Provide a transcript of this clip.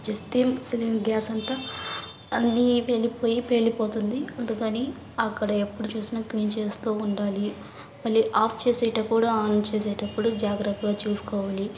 వచ్చేస్తే సిలి గ్యాస్ అంతా అన్నీ వెళ్ళిపోయి పేలిపోతుంది అందుకని అక్కడ ఎప్పుడు చూసినా క్లీన్ చేస్తూ ఉండాలి మళ్ళీ ఆఫ్ చేసేటప్పుడు ఆన్ చేసేటప్పుడు జాగ్రత్తగా చూసుకోవాలి